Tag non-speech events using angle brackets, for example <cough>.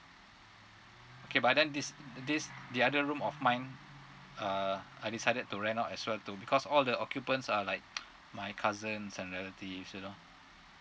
okay but then this this the other room of mine uh I decided to rent out as well too because all the occupants are like <noise> my cousins and relatives you know